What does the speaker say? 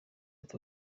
ati